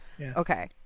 Okay